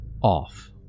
off